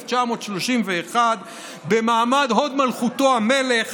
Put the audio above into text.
1931. במעמד הוד מלכותו המלך.